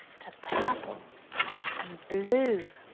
to purple and blue.